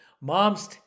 Moms